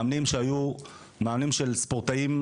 מאמנים שהיו מאמנים של ספורטאים,